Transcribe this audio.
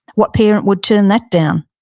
what parent would turn that down?